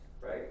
right